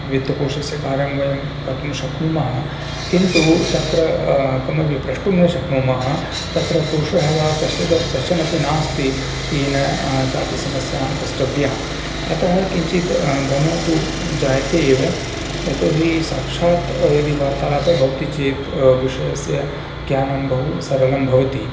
वित्तकोशस्य कार्यं वयं कर्तुं शक्नुमः किन्तु तत्र किमपि प्रष्टुं न शक्नुमः तत्र पुरुषः वा कश्चित् कश्चनपि नास्ति येन कापि समस्या प्रष्टव्या अतः किञ्चित् भ्रमः तु जायते एव यतोहि साक्षात् यदि वार्तालापः भवति चेत् विषयस्य ज्ञानं बहुसरलं भवति